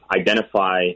identify